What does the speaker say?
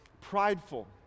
prideful